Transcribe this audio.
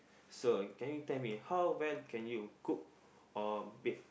so can you tell me how well can you cook or bake